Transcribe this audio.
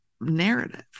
narrative